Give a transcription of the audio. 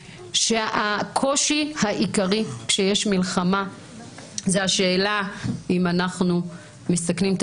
שהקושי העיקרי כשיש מלחמה זה בשאלה אם אנחנו מסכנים את